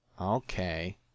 okay